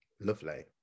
lovely